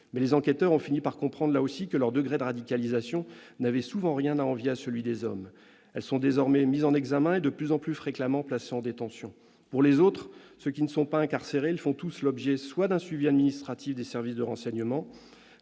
mais les enquêteurs ont fini par comprendre que leur degré de radicalisation n'avait souvent rien à envier à celui des hommes. Elles sont désormais mises en examen et de plus en plus fréquemment placées en détention. Les autres, ceux qui ne sont pas incarcérés, font tous l'objet soit d'un suivi administratif des services de renseignement,